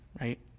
right